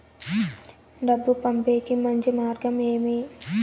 డబ్బు పంపేకి మంచి మార్గం ఏమి